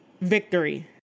victory